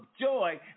joy